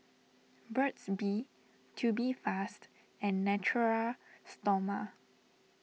Burt's Bee Tubifast and Natura Stoma